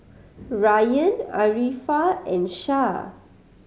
Rayyan Arifa and Shah